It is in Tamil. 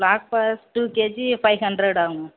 block forest two KG five hundred ஆகும்ங்க